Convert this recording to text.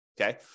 Okay